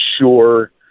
sure